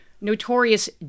notorious